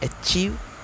achieve